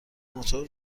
موتور